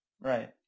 Right